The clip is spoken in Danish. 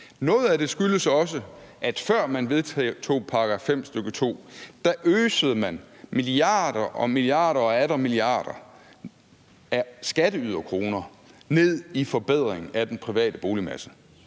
Noget af det skyldes også, at man, før man vedtog § 5, stk. 2, øsede milliarder og atter milliarder af skatteyderkroner ned i forbedring af den private boligmasse.